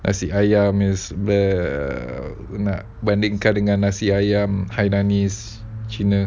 nasi ayam is the err dia nak bandingkan dengan nasi ayam hainanese cina